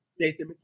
Nathan